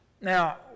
Now